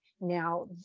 now